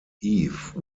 eve